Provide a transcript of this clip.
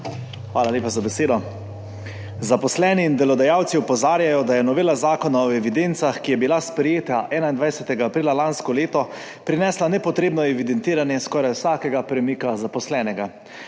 Hvala lepa za besedo. Zaposleni in delodajalci opozarjajo da je novela zakona o evidencah, ki je bila sprejeta 21. aprila lansko leto, prinesla nepotrebno evidentiranje skoraj vsakega premika zaposlenega.